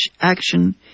action